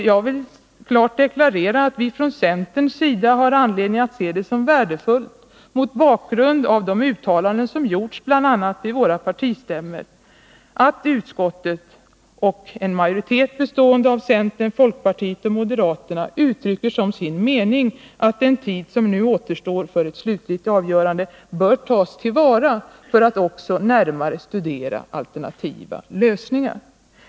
Jag vill klart deklarera att vi från centerns sida har anledning att se det som värdefullt — mot bakgrund av de uttalanden som gjorts bl.a. vid våra partistämmor — att utskottet med en majoritet bestående av centern, folkpartiet och moderaterna uttrycker som sin mening att den tid som nu återstår för ett slutligt avgörande bör tas till vara för att också närmare studera alternativa lösningar.